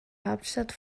hauptstadt